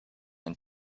and